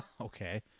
Okay